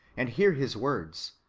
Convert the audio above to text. and hear his words,